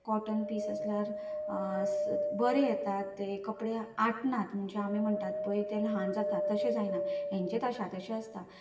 cotton piece आसल्यार बरें येतात तें कपडे आटनात म्हणजे आमी म्हणटात पळय ल्हान जाता तशें जायना हेंचें तशा तशें आसता सो मिशो